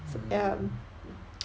mm